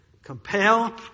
Compel